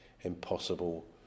impossible